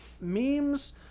memes